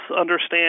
understand